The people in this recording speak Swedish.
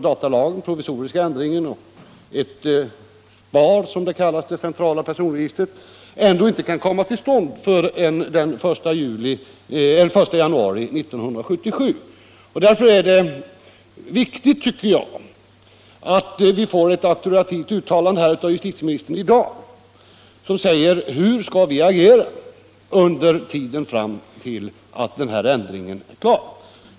Denna provisoriska ändring av datalagen kan inte träda i kraft förrän den 1 januari 1977. Därför är det viktigt att vi i dag får ett auktoritativt uttalande av justitieministern om hur vi skall agera under tiden fram till dess att ändringen träder i kraft.